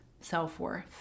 self-worth